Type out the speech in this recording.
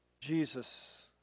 Jesus